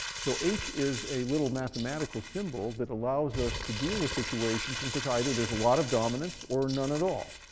so h is a little mathematical symbol that allows us to deal with situations in which either there's a lot of dominance or none at all.